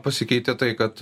pasikeitė tai kad